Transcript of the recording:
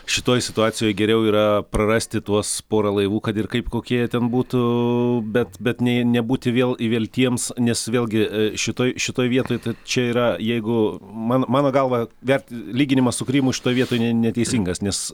šitoj situacijoj geriau yra prarasti tuos porą laivų kad ir kaip kokie jie ten būtų bet bet ne nebūti vėl įveltiems nes vėlgi šitoj šitoj vietoj tai čia yra jeigu man mano galva vert lyginimas su krymu šitoj vietoj ne neteisingas nes